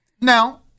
Now